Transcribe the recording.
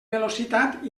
velocitat